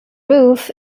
roof